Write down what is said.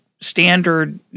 standard